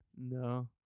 No